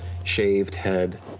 shaved head,